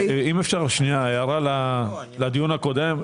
אם אפשר הערה לדיון הקודם.